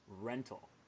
rental